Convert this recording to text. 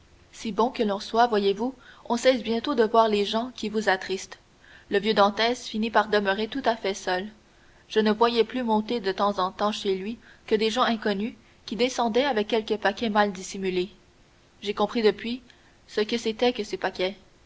si bon que l'on soit voyez-vous on cesse bientôt de voir les gens qui vous attristent le vieux dantès finit par demeurer tout à fait seul je ne voyais plus monter de temps en temps chez lui que des gens inconnus qui descendaient avec quelque paquet mal dissimulé j'ai compris depuis ce que c'était que ces